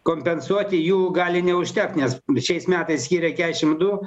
kompensuoti jų gali neužtekt nes bet šiais metais skyrė kiašim du